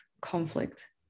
conflict